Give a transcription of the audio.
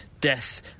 death